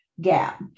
gap